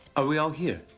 ah we all here?